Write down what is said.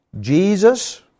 Jesus